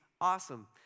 awesome